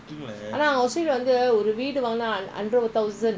hundred thousand australian money can buy